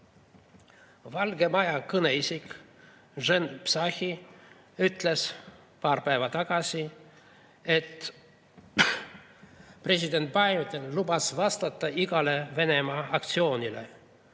Maja kõneisik Jen Psaki ütles paar päeva tagasi, et president Biden lubas vastata igale Venemaa aktsioonile.